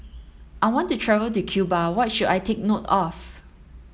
I want to travel to Cuba What should I take note of